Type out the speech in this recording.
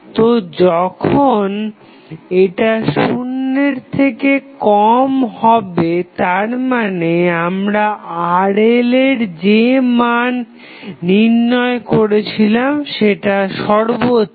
তো যখন এটা শূনের থেকে কম হবে তার মানে আমরা RL যে মান নির্ণয় করেছিলাম সেটা সর্বোচ্চ